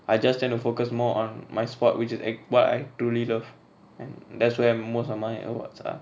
I just tend to focus more on my sport which is what I truly love and that's where most of my awards are